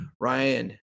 Ryan